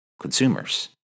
consumers